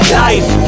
life